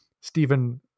Stephen